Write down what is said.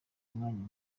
umwanya